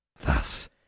Thus